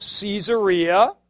Caesarea